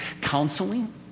counseling